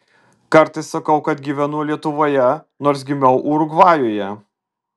kartais sakau kad gyvenu lietuvoje nors gimiau urugvajuje